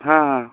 हा हा